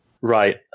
Right